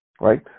right